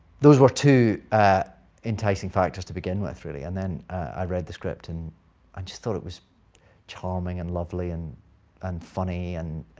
those were two enticing factors to begin with, really. and then i read the script, and i just thought it was charming and lovely and and funny and